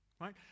right